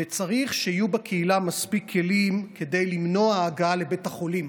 וצריך שיהיו בקהילה מספיק כלים כדי למנוע הגעה לבית החולים.